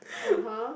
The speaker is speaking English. (uh huh)